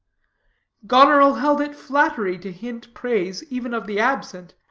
goneril held it flattery to hint praise even of the absent,